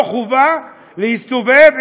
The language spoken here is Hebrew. לא חובה להסתובב,